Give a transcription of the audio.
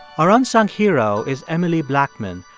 our unsung hero is emily blackman,